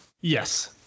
Yes